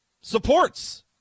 supports